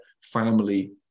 family